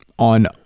On